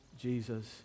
Jesus